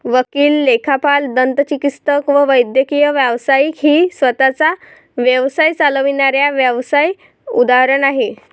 वकील, लेखापाल, दंतचिकित्सक व वैद्यकीय व्यावसायिक ही स्वतः चा व्यवसाय चालविणाऱ्या व्यावसाय उदाहरण आहे